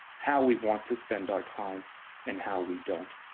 how we want to spend our time and how we don't.